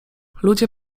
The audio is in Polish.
ludzie